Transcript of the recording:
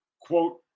quote